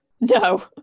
no